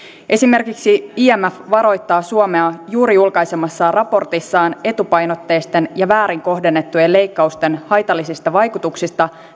esimerkiksi imf varoittaa suomea juuri julkaisemassaan raportissa etupainotteisten ja väärin kohdennettujen leikkausten haitallisista vaikutuksista